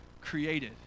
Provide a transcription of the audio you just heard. created